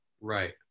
right